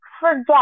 forget